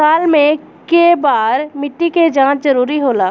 साल में केय बार मिट्टी के जाँच जरूरी होला?